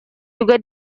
juga